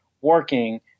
working